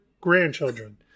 grandchildren